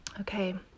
Okay